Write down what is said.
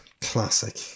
Classic